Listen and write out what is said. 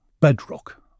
bedrock